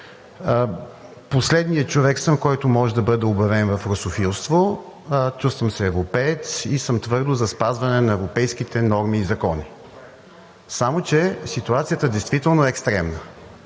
Последният човек съм, който може да бъде обвинен в русофилство. Чувствам се европеец и съм твърдо за спазване на европейските норми и закони, само че ситуацията действително